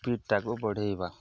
ସ୍ପିଡ଼୍ଟାକୁ ବଢ଼େଇବା